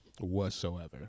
whatsoever